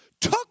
took